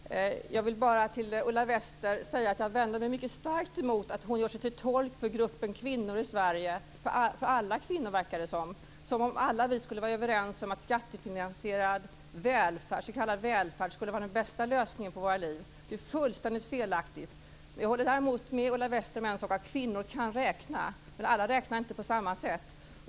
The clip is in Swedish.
Fru talman! Jag vill bara till Ulla Wester säga att jag vänder mig mycket starkt emot att hon gör sig till tolk för gruppen kvinnor i Sverige, för alla kvinnor verkar det som, som om alla vi skulle vara överens om att skattefinansierad s.k. välfärd skulle vara den bästa lösningen på våra liv. Det är ju fullständigt felaktigt! Jag håller däremot med Ulla Wester om en sak: Kvinnor kan räkna. Men alla räknar inte på samma sätt.